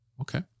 Okay